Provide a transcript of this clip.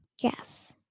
Yes